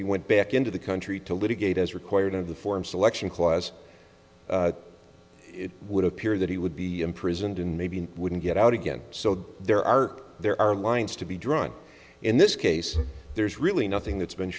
you went back into the country to litigate as required of the forum selection clause it would appear that he would be imprisoned in maybe he wouldn't get out again so there are there are lines to be drawn in this case there's really nothing that's been